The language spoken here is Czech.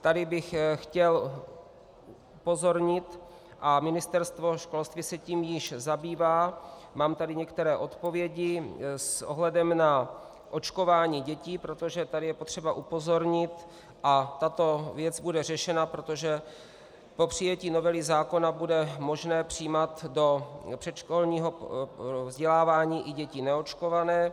Tady bych chtěl upozornit, a Ministerstvo školství se tím již zabývá, mám tady některé odpovědi s ohledem na očkování dětí, protože tady je potřeba upozornit, a tato věc bude řešena, protože po přijetí novely zákona bude možné přijímat do předškolního vzdělávání i děti neočkované.